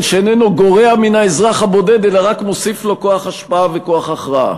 שאיננו גורע מן האזרח הבודד אלא רק מוסיף לו כוח השפעה וכוח הכרעה.